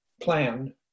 plan